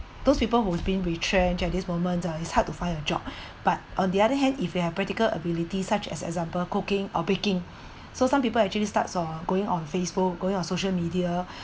those people who's been retrenched at this moment uh it's hard to find a job but on the other hand if they have practical abilities such as example cooking or baking so some people actually starts uh going on facebook going on social media